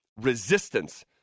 resistance